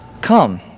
come